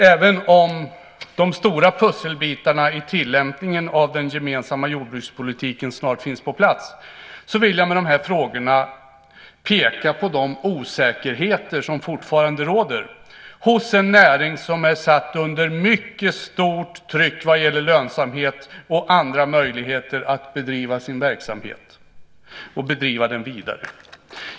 Även om de stora pusselbitarna i tillämpningen av den gemensamma jordbrukspolitiken snart finns på plats vill jag med de frågorna peka på de osäkerheter som fortfarande råder hos en näring som är satt under ett mycket stort tryck vad gäller lönsamhet och andra möjligheter att bedriva sin verksamhet och bedriva den vidare.